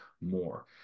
more